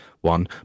one